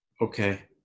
Okay